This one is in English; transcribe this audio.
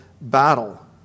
battle